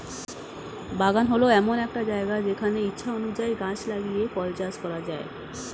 বাগান হল এমন একটা জায়গা যেখানে ইচ্ছা অনুযায়ী গাছ লাগিয়ে ফল চাষ করা যায়